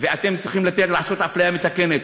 ואתם צריכים יותר לעשות אפליה מתקנת,